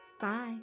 Bye